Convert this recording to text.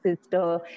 sister